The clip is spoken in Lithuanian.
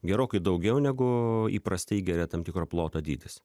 gerokai daugiau negu įprastai įgeria tam tikro ploto dydis